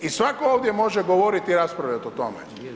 I svako ovdje može govoriti i raspravljati o tome.